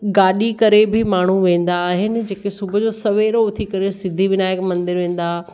गाॾी करे बि माण्हू वेंदा आहिनि जेके सुबुह जो सवेलु उथी करे सिद्धी विनायक मंदरु वेंदा